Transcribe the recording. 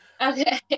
Okay